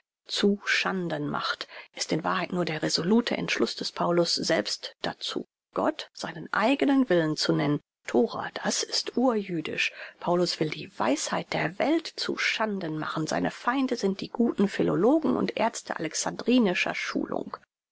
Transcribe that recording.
zu schanden macht ist in wahrheit nur der resolute entschluß des paulus selbst dazu gott seinen eignen willen zu nennen thora das ist urjüdisch paulus will die weisheit der welt zu schanden machen seine feinde sind die guten philologen und ärzte alexandrinischer schulung